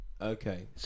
Okay